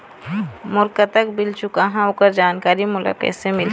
मोर कतक बिल चुकाहां ओकर जानकारी मोला कैसे मिलही?